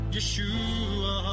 Yeshua